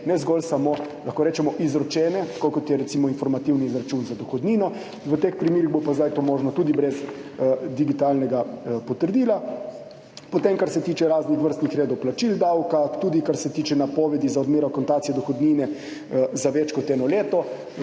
lahko rečemo, izročene, tako kot je recimo informativni izračun za dohodnino, v teh primerih bo pa zdaj to možno tudi brez digitalnega potrdila. Potem kar se tiče raznih vrstnih redov plačil davka, tudi kar se tiče napovedi za odmero akontacije dohodnine za več kot eno leto.